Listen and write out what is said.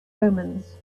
omens